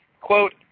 Quote